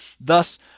Thus